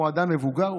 הוא אדם מבוגר,